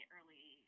Early